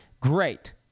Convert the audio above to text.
great